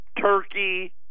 Turkey